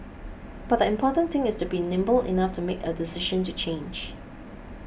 but the important thing is to be nimble enough to make a decision to change